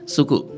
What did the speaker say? Suku